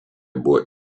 buvo